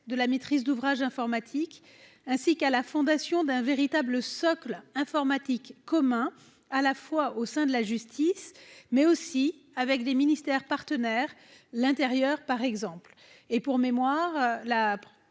de la maîtrise d'ouvrage informatique ainsi qu'à la fondation d'un véritable socle informatique commun à la fois au sein de la justice, mais aussi avec les ministères partenaires l'intérieur par exemple et pour mémoire,